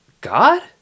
god